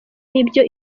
n’ibyo